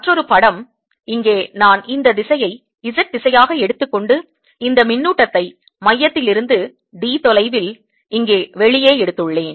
மற்றொரு படம் இங்கே நான் இந்த திசையை Z திசையாக எடுத்துக்கொண்டு இந்த மின்னூட்டத்தை மையத்திலிருந்து d தொலைவில் இங்கே வெளியே எடுத்துள்ளேன்